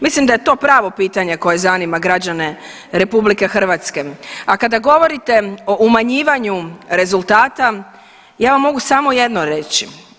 Mislim da je to pravo pitanje koje zanima građane RH, a kada govorite o umanjivanju rezultata, ja vam mogu samo jedno reći.